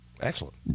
Excellent